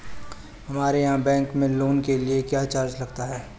हमारे यहाँ बैंकों में लोन के लिए क्या चार्ज लगता है?